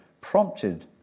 prompted